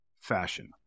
fashion